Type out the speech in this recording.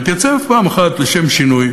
תתייצב פעם אחת לשם שינוי